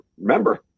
remember